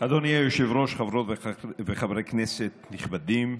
אדוני היושב-ראש, חברות וחברי כנסת נכבדים,